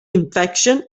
infection